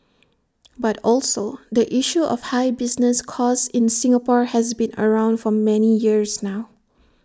but also the issue of high business costs in Singapore has been around for many years now